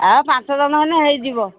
ଆଉ ପାଞ୍ଚଜଣ ମାନେ ହୋଇଯିବ